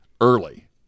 early